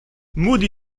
moody